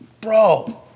Bro